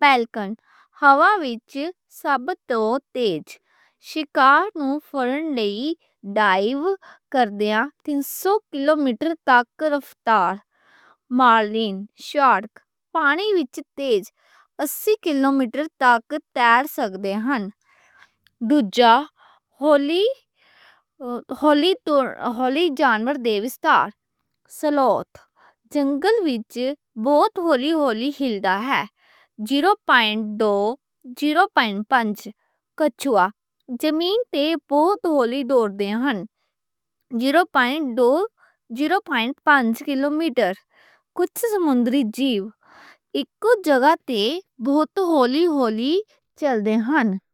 پیلکن، ہوا وچ سب توں تیز۔ شکار نوں پھڑن لئی ڈائیو کردے تین سو کلو میٹر تک رفتار۔ مارلن، شارک، پانی وچ تیز اسی کلو میٹر تک تیر سکتے ہیں۔ دوجا، ہولی جانور دے وسعت۔ سلوتھ، جنگل وچ بہت ہولی ہولی ہلدا ہے۔ کچھوا، زمین تے بہت ہولی دوڑ دے ہیں۔ کچھ سمندری جیو، اک کچھ جگہ تے بہت ہولی ہولی چل دے ہیں۔